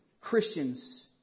Christians